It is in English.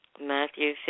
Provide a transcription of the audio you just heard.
Matthew